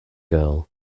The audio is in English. girl